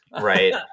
right